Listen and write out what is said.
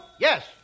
Yes